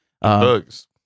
bugs